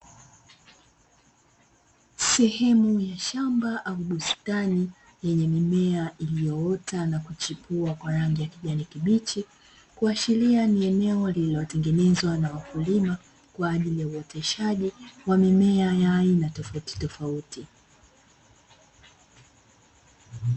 Sehemu ya shamba au bustani yenye mimea iliyoota na kuchipua kwa rangi ya kijani kibichi, kuashiria ni eneo lililotengenezwa na wakulima kwa ajili ya uoteshaji wa mimea ya aina tofautitofauti.